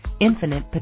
infinite